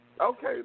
Okay